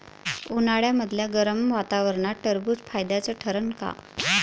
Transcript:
उन्हाळ्यामदल्या गरम वातावरनात टरबुज फायद्याचं ठरन का?